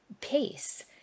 pace